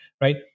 right